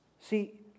See